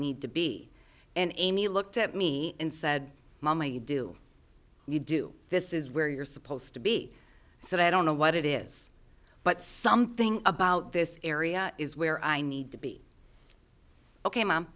need to be and amy looked at me and said mommy do you do this is where you're supposed to be so i don't know what it is but something about this area is where i need to be ok mom